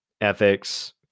ethics